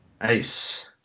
Nice